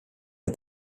der